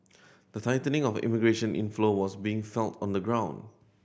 the tightening of immigration inflow was being felt on the ground